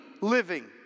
living